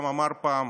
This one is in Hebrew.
שגם אמר פעם